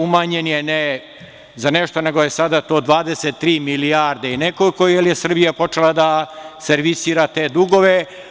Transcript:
Umanjen je ne za nešto, nego je sada to 23 milijarde i nekoliko, jer je Srbija počela da servisira te dugove.